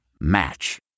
Match